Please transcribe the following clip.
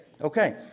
Okay